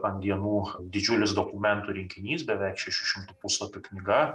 ant dienų didžiulis dokumentų rinkinys beveik šešių šimtų puslapių knyga